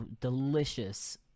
delicious